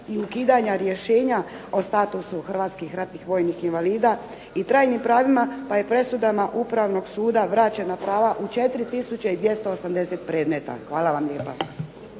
i ukidanja rješenja o statusu hrvatskih ratnih vojnih invalida, i trajnim pravima pa je presudama Upravnog suda vraćena prava u 4 tisuće i 280 predmeta. Hvala vam lijepa.